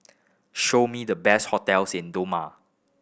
show me the best hotels in Doma